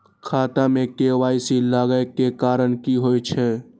खाता मे के.वाई.सी लागै के कारण की होय छै?